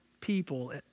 people